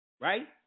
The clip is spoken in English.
Right